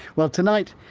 well, tonight,